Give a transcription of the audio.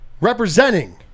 Representing